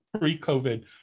pre-COVID